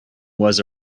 was